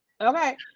okay